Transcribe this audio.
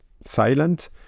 silent